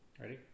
Ready